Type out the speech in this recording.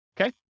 Okay